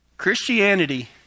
Christianity